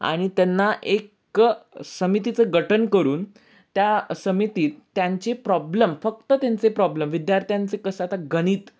आणि त्यांना एक समितीचं गठन करून त्या समितीत त्यांचे प्रॉब्लेम फक्त त्यांचे प्रॉब्लेम विद्यार्थ्यांचे कसं आता गणित